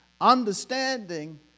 Understanding